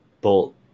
Bolt